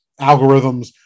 algorithms